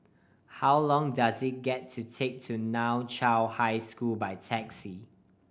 how long does it get to take to Nan Chiau High School by taxi